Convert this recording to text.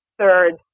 third